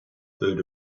food